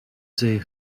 zee